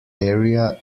area